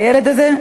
לילד הזה,